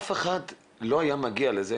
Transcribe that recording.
אף אחד לא היה מגיע לזה,